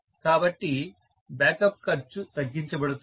కాబట్టి బ్యాకప్ ఖర్చు తగ్గించబడుతుంది